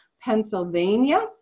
Pennsylvania